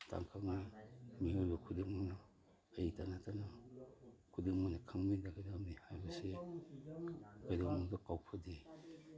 ꯇꯥꯡꯀꯛ ꯅꯥꯏ ꯃꯤꯑꯣꯏꯕ ꯈꯨꯗꯤꯡꯃꯛꯅ ꯑꯩꯇ ꯅꯠꯇꯅ ꯈꯨꯗꯤꯡꯃꯛꯅ ꯈꯪꯃꯤꯟꯅꯒꯗꯕꯅꯤ ꯍꯥꯏꯕꯁꯦ ꯀꯩꯗꯧꯅꯨꯡꯗ ꯀꯥꯎꯐꯗꯦ